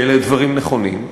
כי אלה דברים נכונים,